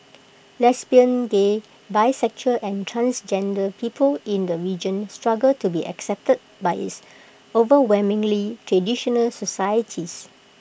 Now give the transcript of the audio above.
lesbian gay bisexual and transgender people in the region struggle to be accepted by its overwhelmingly traditional societies